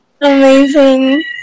Amazing